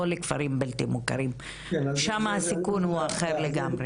לא לכפרים הבלתי מוכרים שם הסיכון הוא אחר לגמרי.